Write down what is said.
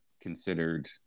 considered